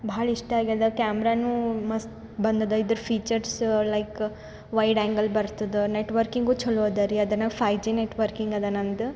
ಭಾಳಇಷ್ಟ ಆಗೇದ ಕ್ಯಾಮರಾನೂ ಮಸ್ತ್ ಬಂದದ ಇದ್ರ ಫೀಚರ್ಸ್ ಲೈಕ್ ವೈಡ್ ಆಂಗಲ್ ಬರ್ತದೆ ನೆಟ್ವರ್ಕಿಂಗ್ ಚಲೋ ಅದ ರೀ ಅದನ್ನು ಫೈವ್ ಜಿ ನೆಟ್ವರ್ಕಿಂಗ್ ಅದ ನಂದು